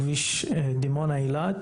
כביש דימונה-אילת.